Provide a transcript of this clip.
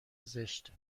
زشت